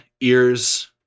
ears